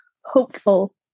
hopeful